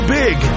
big